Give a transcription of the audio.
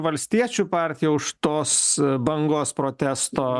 valstiečių partija už tos bangos protesto